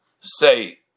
say